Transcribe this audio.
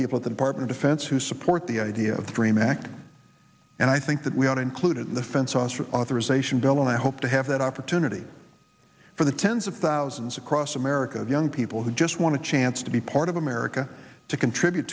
people at the department defense who support the idea of the dream act and i think that we are included in the fences for authorization bill and i hope to have that opportunity for the tens of thousands across america young people who just want to chance to be part of america to contribute